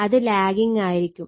അത് ലാഗിംഗായിരിക്കും